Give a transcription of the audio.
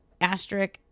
asterisk